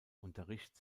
unterricht